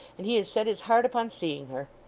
and he has set his heart upon seeing her!